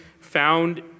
found